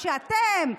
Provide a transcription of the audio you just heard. כשאתם,